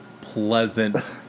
pleasant